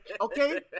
Okay